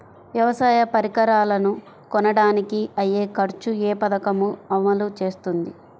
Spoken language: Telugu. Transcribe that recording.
వ్యవసాయ పరికరాలను కొనడానికి అయ్యే ఖర్చు ఏ పదకము అమలు చేస్తుంది?